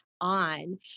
on